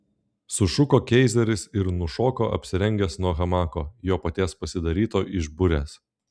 sušuko keizeris ir nušoko apsirengęs nuo hamako jo paties pasidaryto iš burės